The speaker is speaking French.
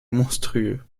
monstrueux